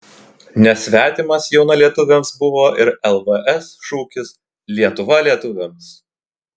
nesvetimas jaunalietuviams buvo ir lvs šūkis lietuva lietuviams